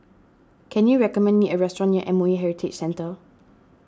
can you recommend me a restaurant near M O E Heritage Centre